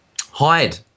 hide